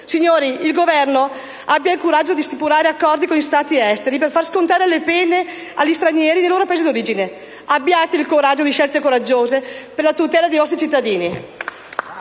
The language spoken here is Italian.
Signori del Governo, abbiate il coraggio di stipulare gli accordi con gli Stati esteri per far scontare le pene agli stranieri nei loro Paesi d'origine. Abbiate il coraggio di scelte audaci per la tutela dei vostri cittadini.